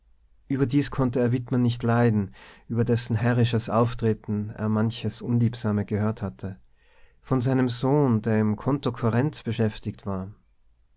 überdies konnte er wittmann nicht leiden über dessen herrisches auftreten er manches unliebsame gehört hatte von seinem sohn der im kontokorrent beschäftigt war